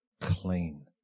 clean